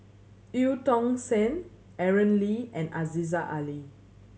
Eu Tong Sen Aaron Lee and Aziza Ali